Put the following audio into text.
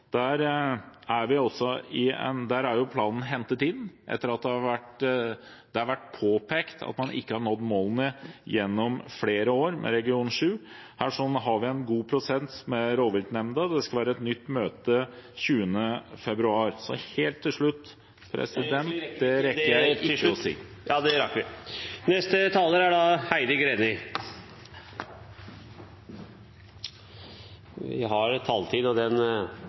er planen hentet inn etter at det har vært påpekt at man ikke har nådd målene gjennom flere år i regionen. Her har vi en god prosess med rovviltnemnda. Det skal være et nytt møte den 20. februar. Og helt til slutt … Det rekker jeg ikke å si. Vi har en taletid, og den må vi